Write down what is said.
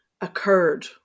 occurred